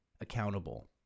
accountable